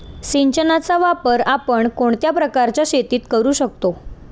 सिंचनाचा वापर आपण कोणत्या प्रकारच्या शेतीत करू शकतो?